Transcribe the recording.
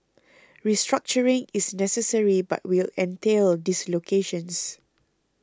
restructuring is necessary but will entail dislocations